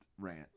rant